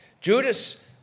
Judas